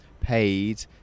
paid